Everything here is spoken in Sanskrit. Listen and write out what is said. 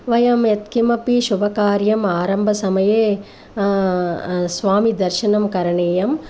वयं यत् किमपि शुभकार्यम् आरम्भसमये स्वामिदर्शनं करणीयम्